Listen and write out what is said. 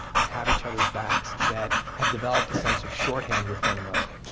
that have each other's backs, that have developed a sense of shorthand with one another.